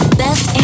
best